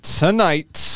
tonight